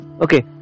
Okay